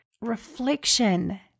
Reflection